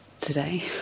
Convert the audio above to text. today